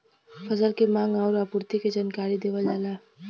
फसल के मांग आउर आपूर्ति के जानकारी देवल जाला